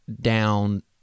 down